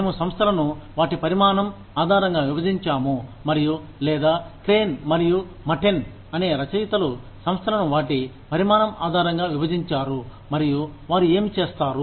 మేము సంస్థలను వాటి పరిమాణం ఆధారంగా విభజించాము మరియు లేదా క్రేన్ మరియు మాటెన్ అనే రచయితలు సంస్థలను వాటి పరిమాణం ఆధారంగా విభజించారు మరియు వారు ఏమి చేస్తారు